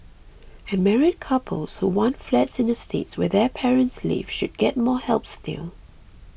and married couples who want flats in estates where their parents live should get more help still